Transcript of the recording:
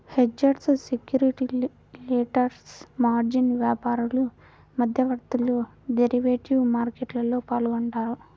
hedgers, speculators, margin వ్యాపారులు, మధ్యవర్తులు derivative మార్కెట్లో పాల్గొంటారు